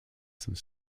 some